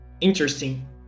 interesting